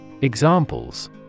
Examples